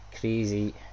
crazy